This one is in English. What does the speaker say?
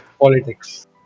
politics